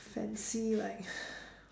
fancy like